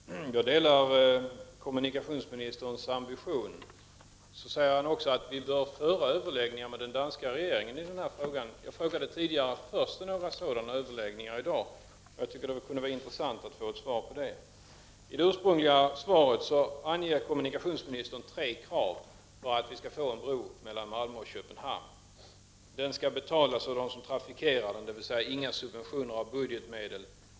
Herr talman! Jag delar kommunikationsministerns ambition i denna fråga. Kommunikationsministern säger att vi bör föra överläggningar med den danska regeringen i denna fråga. Jag frågade tidigare om det förs några sådana överläggningar i dag. Det kunde vara intressant att få ett svar på det. Kommunikationsministern anger i sitt frågesvar tre krav som skall vara uppfyllda för att vi skall få en bro mellan Malmö och Köpenhamn: Den skall betalas av dem som trafikerar den, dvs. det kommer inte att bli fråga om några subventioner av budgetmedel.